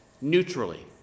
neutrally